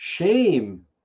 Shame